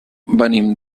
venim